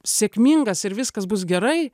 sėkmingas ir viskas bus gerai